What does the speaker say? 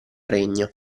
regno